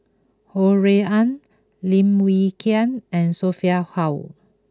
Ho Rui An Lim Wee Kiak and Sophia Hull